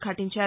ద్ఘాటించారు